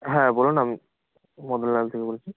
হ্যাঁ বলুন আমি মদনলাল থেকে বলছি